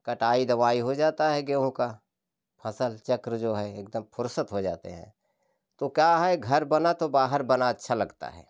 कटाई दवाई हो जाता है दवाई गेहूँ का फसल चक्र जो है एकदम फुर्सत हो जाते है तो का घर बना है तो बाहर बना अच्छा लगता है